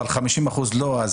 אבל 50% לא,